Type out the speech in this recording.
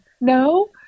no